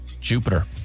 Jupiter